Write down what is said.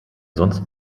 sonst